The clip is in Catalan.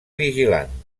vigilant